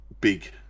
big